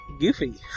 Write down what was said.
goofy